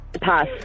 Pass